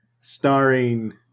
starring